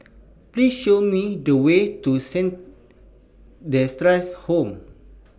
Please Show Me The Way to Saint Theresa's Home